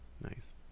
Nice